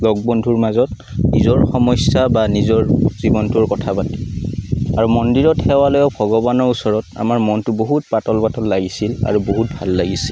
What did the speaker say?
লগ বন্ধুৰ মাজত নিজৰ সমস্যা বা নিজৰ জীৱনটোৰ কথা পাতি আৰু মন্দিৰত সেৱা লৈ ভগৱানৰ ওচৰত আমাৰ মনটো বহুত পাতল পাতল লাগিছিল আৰু বহুত ভাল লাগিছিল